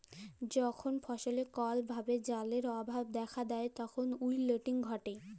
যখল ফসলে কল ভাবে জালের অভাব দ্যাখা যায় তখল উইলটিং ঘটে